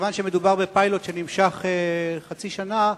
כיוון שמדובר בפיילוט שנמשך חצי שנה,